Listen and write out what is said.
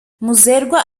muzerwa